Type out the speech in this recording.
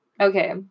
okay